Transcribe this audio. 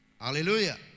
Hallelujah